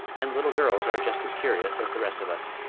and little girls are just as curious as the rest of us.